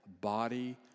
body